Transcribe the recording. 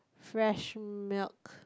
fresh milk